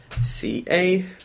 CA